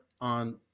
on